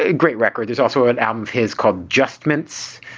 ah great record. there's also an album of his called adjustments